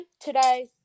today